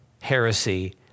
heresy